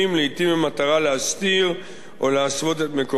לעתים במטרה להסתיר או להסוות את מקורם,